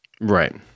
Right